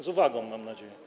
Z uwagą, mam nadzieję.